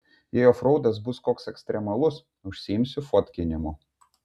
jei ofraudas bus koks ekstremalus užsiimsiu fotkinimu